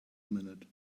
minute